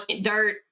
dirt